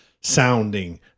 sounding